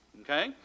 okay